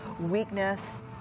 weakness